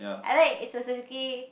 I like specifically